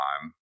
time